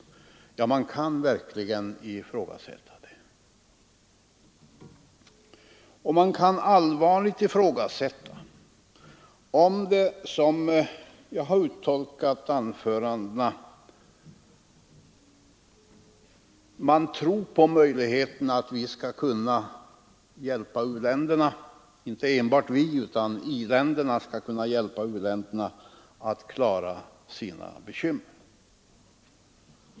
Som jag tolkat anförandena finns det anledning att ifrågasätta, om man verkligen tror på möjligheten att i-länderna skall kunna hjälpa u-länderna att klara sina bekymmer.